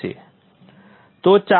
તો ચાલો હું q સિમ રેક્ટિફાયર ચલાવું